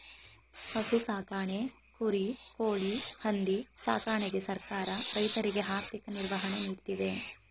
ಹಸು ಸಾಕಣೆ, ಕುರಿ, ಕೋಳಿ, ಹಂದಿ ಸಾಕಣೆಗೆ ಸರ್ಕಾರ ರೈತರಿಗೆ ಆರ್ಥಿಕ ನಿರ್ವಹಣೆ ನೀಡ್ತಿದೆ